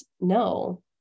no